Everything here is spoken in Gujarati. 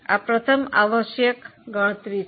આ પ્રથમ આવશ્યક ગણતરી છે